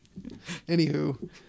anywho